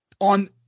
on